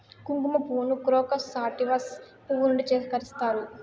కుంకుమ పువ్వును క్రోకస్ సాటివస్ పువ్వు నుండి సేకరిస్తారు